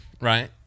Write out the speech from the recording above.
right